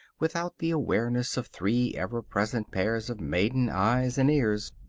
without the awareness of three ever-present pairs of maiden eyes and ears.